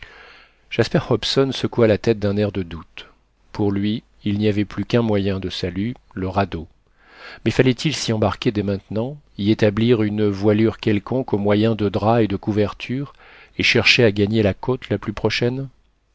jasper hobson secoua la tête d'un air de doute pour lui il n'y avait plus qu'un moyen de salut le radeau mais fallait-il s'y embarquer dès maintenant y établir une voilure quelconque au moyen de draps et de couvertures et chercher à gagner la côte la plus prochaine